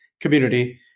community